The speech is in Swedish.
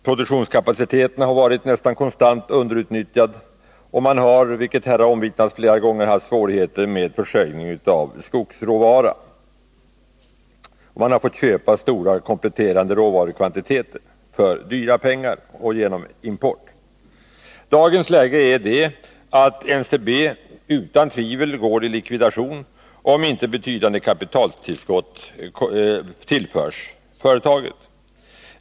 Produktionskapaciteten har varit nästan konstant underutnyttjad, och man har, vilket här har omvittnats flera gånger, haft svårigheter med försörjningen av skogsråvara. Man har fått köpa stora kompletterande råvarukvantiteter för dyra pengar och genom import. Dagens läge är det att NCB utan tvivel går i likvidation, om inte betydande kapitaltillskott tillförs företaget.